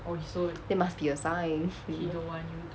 that must be a sign